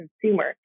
consumer